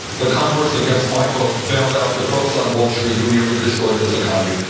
the congress against my boat bailed out the crooks on wall street who nearly destroyed this economy.